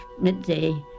midday